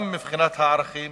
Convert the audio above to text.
גם מבחינת הערכים